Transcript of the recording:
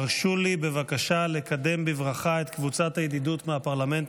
הרשו לי בבקשה לקדם בברכה את קבוצת הידידות מהפרלמנט